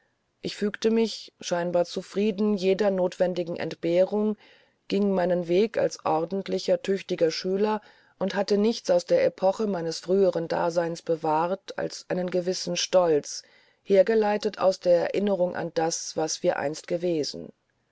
ich fügte mich scheinbar zufrieden jeder nothwendigen entbehrung ging meinen weg als ordentlicher tüchtiger schüler und hatte nichts aus der epoche meines früheren daseins bewahrt als einen gewissen stolz hergeleitet aus der erinnerung an das was wir einst gewesen